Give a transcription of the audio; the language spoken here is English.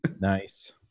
nice